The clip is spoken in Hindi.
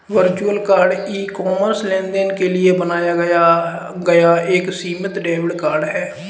वर्चुअल कार्ड ई कॉमर्स लेनदेन के लिए बनाया गया एक सीमित डेबिट कार्ड है